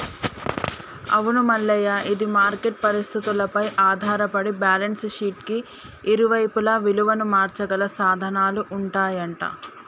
అవును మల్లయ్య ఇది మార్కెట్ పరిస్థితులపై ఆధారపడి బ్యాలెన్స్ షీట్ కి ఇరువైపులా విలువను మార్చగల సాధనాలు ఉంటాయంట